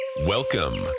Welcome